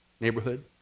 Neighborhood